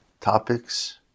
topics